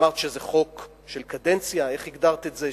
אמרת שזה חוק של קדנציה, איך הגדרת את זה,